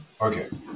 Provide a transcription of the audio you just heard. okay